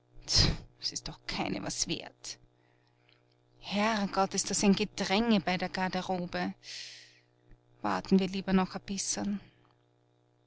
es ist doch keine was wert herrgott ist das ein gedränge bei der garderobe warten wir lieber noch ein